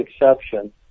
exception